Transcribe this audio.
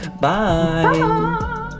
Bye